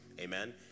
Amen